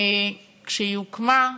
כשהיא הוקמה,